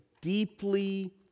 Deeply